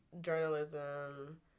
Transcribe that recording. journalism